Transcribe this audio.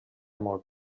molt